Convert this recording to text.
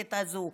הפשיסטית הזו.